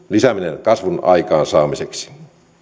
lisääminen kasvun aikaansaamiseksi